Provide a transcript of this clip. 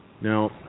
Now